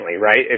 right